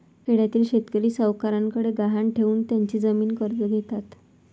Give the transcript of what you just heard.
खेड्यातील शेतकरी सावकारांकडे गहाण ठेवून त्यांची जमीन कर्ज घेतात